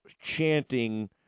chanting